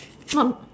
not